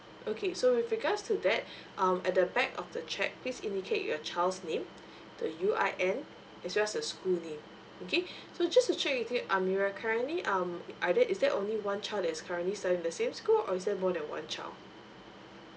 okay so with regards to that um at the back of the check please indicate your child's name the U_I_N as well as the school name okay so just to check you amirah currently um are there is there only one child that is currently studying in the same school or is there more than one child